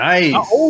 Nice